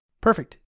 perfect